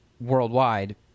worldwide